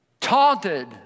taunted